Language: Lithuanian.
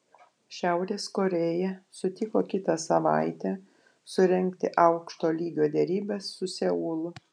šiaurės korėja sutiko kitą savaitę surengti aukšto lygio derybas su seulu